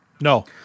No